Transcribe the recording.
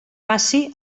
passi